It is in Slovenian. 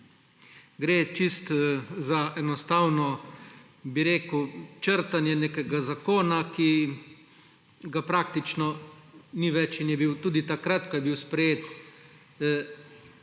Gre čisto za enostavno črtanje nekega zakona, ki ga praktično ni več in je bil tudi takrat, ko je bil sprejet,